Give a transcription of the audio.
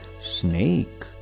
snake